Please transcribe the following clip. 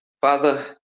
Father